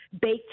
baked